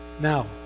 Now